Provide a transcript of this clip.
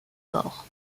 mort